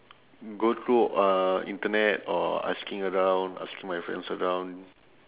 go through uh internet or asking around asking my friends around